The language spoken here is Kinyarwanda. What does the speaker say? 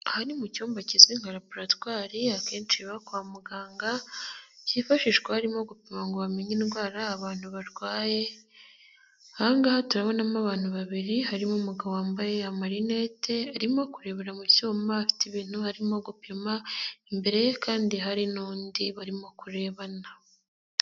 Aha niini mu cyumba kizwi nka laboratwari, akenshi biba kwa muganga byifashishwa barimo gupima ngo bamenye indwara abantu barwaye, ahangaha turabonamo abantu babiri, harimo umugabo wambaye amarinete, arimo kurebera mu cyuma afite ibintu harimo gupima imbere ye kandi hari n'undi barimo kurebana.